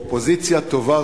אופוזיציה טובה,